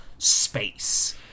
space